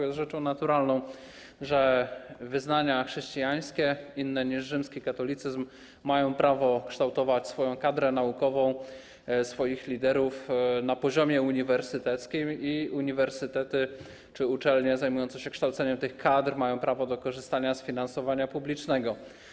Jest rzeczą naturalną, że wyznania chrześcijańskie inne niż rzymski katolicyzm mają prawo kształtować swoją kadrę naukową, swoich liderów na poziomie uniwersyteckim i uniwersytety czy uczelnie zajmujące się kształceniem tych kadr mają prawo do korzystania z finansowania publicznego.